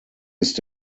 ist